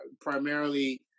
primarily